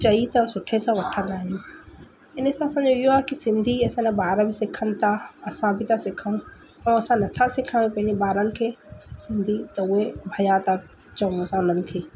चई त सुठे सां वठंदा आहियूं इन सां असांजो इहो आहे की सिंधी असांजा ॿारनि बि सिखनि था असां बि ता सिखूं ऐं असां नथा सिखायूं पंहिंजे ॿारनि खे सिंधी त उहे भया था चऊं इंसाननि खे